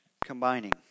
Combining